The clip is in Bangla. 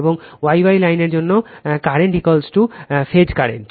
এবং Y Y লাইনের জন্য বর্তমান ফেজ কারেন্ট